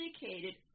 indicated